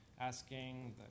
asking